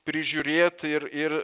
prižiūrėt ir ir